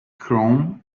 chrome